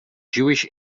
jewish